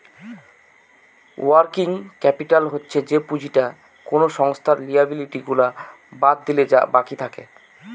working capital হচ্ছে যে পুঁজিটা কোনো সংস্থার লিয়াবিলিটি গুলা বাদ দিলে যা বাকি থাকে